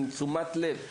עם תשומת לב.